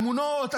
תמונות,